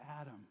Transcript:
Adam